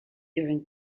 during